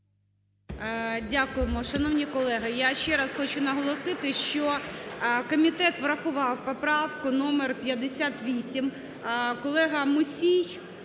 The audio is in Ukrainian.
Дякуємо. Шановні колеги, я ще раз хочу наголосити, що комітет врахував поправку №58. Колега Мусій